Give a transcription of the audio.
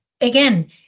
again